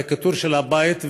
והכיתור של הבית,